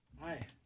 Hi